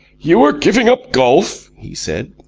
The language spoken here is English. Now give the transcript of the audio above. you are giving up golf? he said.